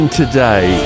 today